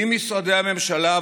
עם משרדי הממשלה,